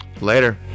later